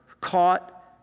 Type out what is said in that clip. caught